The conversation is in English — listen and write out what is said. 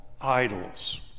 idols